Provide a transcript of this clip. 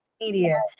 media